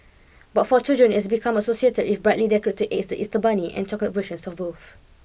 but for children it has become associated with brightly decorated eggs the Easter bunny and chocolate versions of both